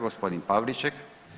Gospodin Pavliček.